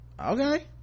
okay